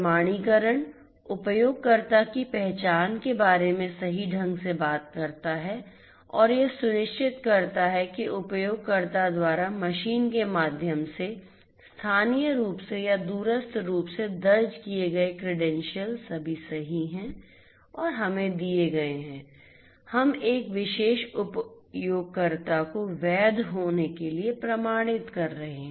प्रमाणीकरण उपयोगकर्ता की पहचान के बारे में सही ढंग से बात करता है और यह सुनिश्चित करता है कि उपयोगकर्ता द्वारा मशीन के माध्यम से स्थानीय रूप से या दूरस्थ रूप से दर्ज किए गए क्रेडेंशियल्स सभी सही हैं और हमें दिए गए हैं हम एक विशेष उपयोगकर्ता को वैध होने के लिए प्रमाणित कर रहे हैं